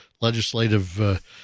legislative